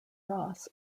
ross